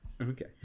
Okay